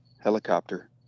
helicopter